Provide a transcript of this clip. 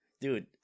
Dude